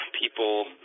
people